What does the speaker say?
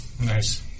Nice